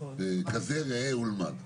וכזה ראה ולמד.